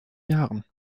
jahren